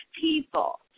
people